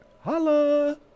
Holla